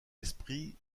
esprit